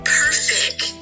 perfect